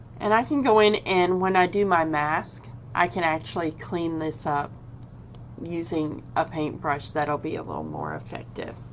and i can go in and when i do my mask i can actually clean this up using a paintbrush that'll be a little more effective.